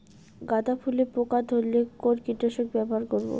গাদা ফুলে পোকা ধরলে কোন কীটনাশক ব্যবহার করব?